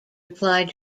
applied